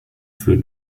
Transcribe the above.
führt